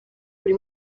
buri